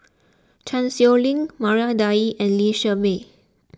Chan Sow Lin Maria Dyer and Lee Shermay